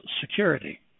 security